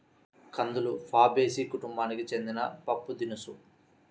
కందులు ఫాబేసి కుటుంబానికి చెందిన పప్పుదినుసు